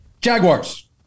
Jaguars